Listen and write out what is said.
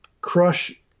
crush